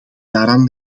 daaraan